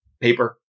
paper